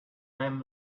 them